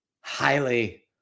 highly